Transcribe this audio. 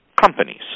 companies